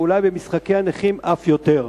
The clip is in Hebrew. ואולי במשחקי הנכים אף יותר.